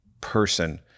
person